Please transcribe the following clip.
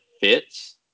fits